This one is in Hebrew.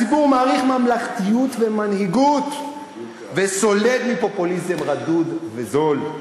הציבור מעריך ממלכתיות ומנהיגות וסולד מפופוליזם רדוד וזול.